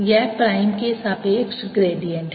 यह प्राइम के सापेक्ष ग्रेडिएंट है